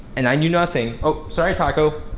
and i knew nothing, ope sorry taco.